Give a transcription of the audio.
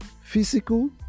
physical